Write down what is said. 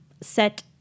set